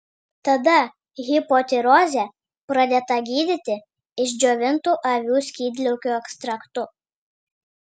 tada hipotirozė pradėta gydyti išdžiovintu avių skydliaukių ekstraktu